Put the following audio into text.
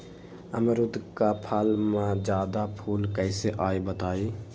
अमरुद क फल म जादा फूल कईसे आई बताई?